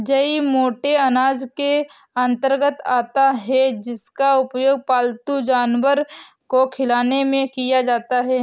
जई मोटे अनाज के अंतर्गत आता है जिसका उपयोग पालतू जानवर को खिलाने में किया जाता है